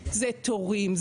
זה תורים,